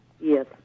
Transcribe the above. Yes